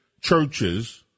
churches